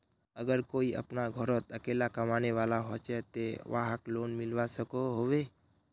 अगर कोई अपना घोरोत अकेला कमाने वाला होचे ते वाहक लोन मिलवा सकोहो होबे?